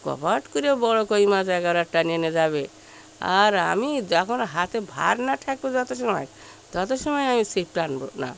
কপাত করে বড় কই মাছ একেবারে টেনে নিয়ে যাবে আর আমি যখন হাতে ভার না ঠেকবে যত সময় তত সময় আমি ছিপ টানব না